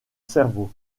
cerveau